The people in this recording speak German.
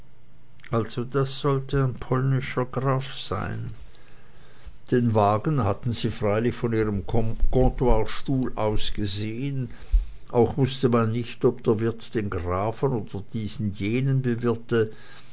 also das sollte ein polnischer graf sein den wagen hatten sie freilich von ihrem comptoirstuhl aus gesehen auch wußte man nicht ob der wirt den grafen oder dieser jenen bewirte